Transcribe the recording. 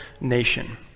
nation